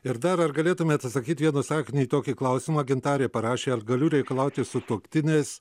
ir dar ar galėtumėt pasakyt vieną sakinį į tokį klausimą gintarė parašė ar galiu reikalauti sutuoktinės